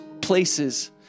places